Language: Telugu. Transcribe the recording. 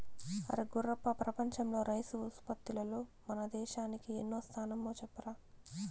అరే గుర్రప్ప ప్రపంచంలో రైసు ఉత్పత్తిలో మన దేశానిది ఎన్నో స్థానమో చెప్పరా